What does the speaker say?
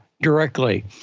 directly